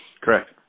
Correct